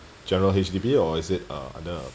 general H_D_B or is it uh under uh